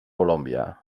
colòmbia